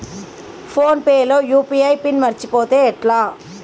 Phone pay లో UPI PIN మరచిపోతే ఎట్లా?